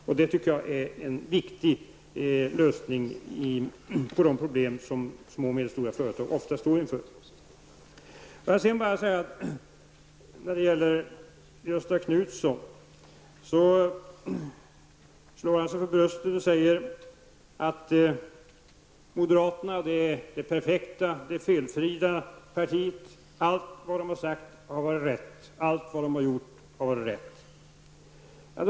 Jag tycker att det är en viktig lösning på de problem som små och medelstora företag ofta står inför. Göthe Knutson slår sig för bröstet och säger att moderaterna är det perfekta, det felfria partiet. Allt vad de sagt och gjort har varit rätt.